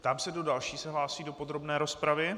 Ptám se, kdo další se hlásí do podrobné rozpravy.